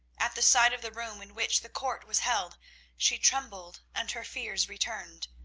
at the sight of the room in which the court was held she trembled, and her fears returned.